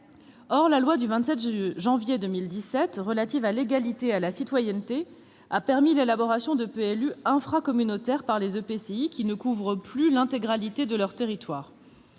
Or la loi du 27 janvier 2017 relative à l'égalité et à la citoyenneté a permis l'élaboration de PLU infracommunautaires, ne couvrant pas l'intégralité de leur territoire,